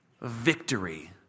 victory